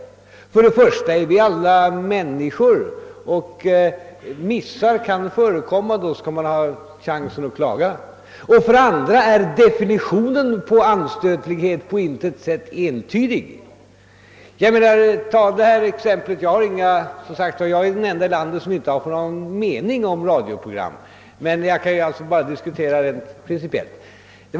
För det första är vi alla människor, och missar kan förekomma. Då skall man ha chansen att klaga. För det andra är definitionen på anstötlighet på intet sätt entydig. Jag är den ende i landet som inte får ha någon mening om radioprogrammen och kan alltså bara diskutera dem principiellt, men jag vill ändå ta ett exempel.